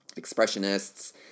expressionists